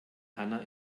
hanna